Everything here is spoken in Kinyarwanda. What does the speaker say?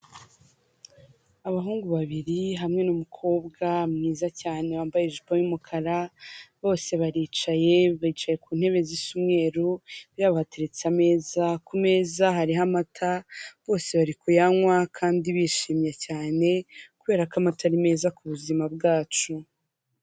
Abahungu babiri hamwe n'umukobwa mwiza cyane wambaye ijipo yumukara bose baricaye, bicaye ku ntebe zisa umweru imbere yabo hateretse ameza, ku meza hariho amata bose bari kuyanywa kandi bishimye cyane, kubera ko amata ari meza ku buzima bwacu.